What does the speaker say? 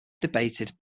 debated